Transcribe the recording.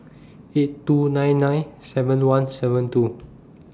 eight two nine nine seven one seven two